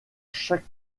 chaque